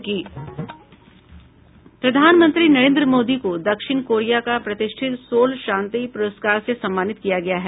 प्रधानमंत्री नरेन्द्र मोदी को दक्षिण कोरिया का प्रतिष्ठित सोल शांति प्रस्कार से सम्मानित किया गया है